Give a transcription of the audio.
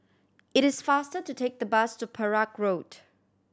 it is faster to take the bus to Perak Road